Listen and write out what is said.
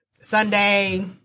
Sunday